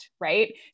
Right